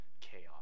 chaos